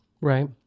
Right